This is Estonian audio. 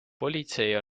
politsei